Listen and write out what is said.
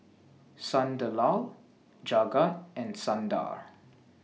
Sunderlal Jagat and Sundar